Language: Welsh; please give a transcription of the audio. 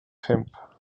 pump